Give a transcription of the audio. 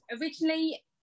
originally